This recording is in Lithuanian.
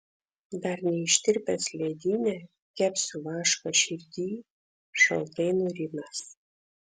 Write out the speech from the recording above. dar neištirpęs ledyne kepsiu vašką širdyj šaltai nurimęs